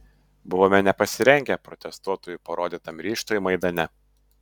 buvome nepasirengę protestuotojų parodytam ryžtui maidane